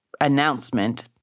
announcement